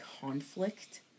conflict